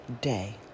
day